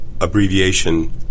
abbreviation